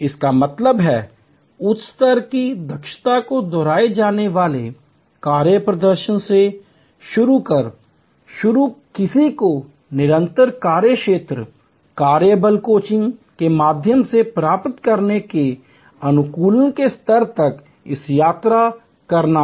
इसका मतलब है उच्च स्तर की दक्षता में दोहराए जाने वाले कार्य प्रदर्शन से शुरू कर शुरू किसी को निरंतर कार्यक्षेत्र कार्यबल कोचिंग के माध्यम से प्राप्त करने के अनुकूलन के स्तर तक इस यात्रा करना है